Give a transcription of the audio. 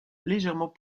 légèrement